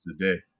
today